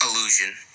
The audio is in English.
Illusion